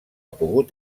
pogut